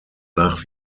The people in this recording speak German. nach